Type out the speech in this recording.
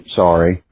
sorry